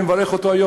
ואני מברך אותו היום,